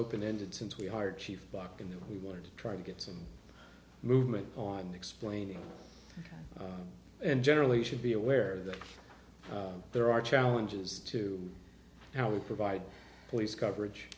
open ended since we hired chief bock and we wanted to try to get some movement on explaining and generally should be aware that there are challenges to how we provide police coverage